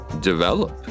develop